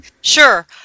sure